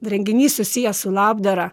renginys susijęs su labdara